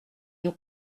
nous